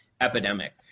epidemic